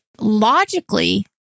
logically